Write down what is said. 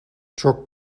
çok